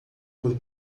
por